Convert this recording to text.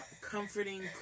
comforting